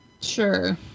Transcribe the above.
Sure